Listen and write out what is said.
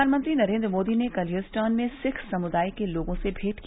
प्रधानमंत्री नरेन्द् मोदी ने कल ह्यूस्टन में सिख समुदाय के लोगों से मेंट की